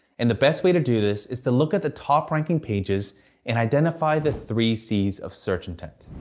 and the best way to do this is to look at the top-ranking pages and identify the three c's of search intent.